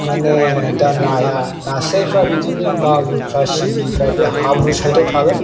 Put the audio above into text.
माने दा नाया नास्रायफोरा बिदिनो मागुरफोरा सिंगिफ्रा बे हाब्रु सायदाव थागोन